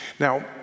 Now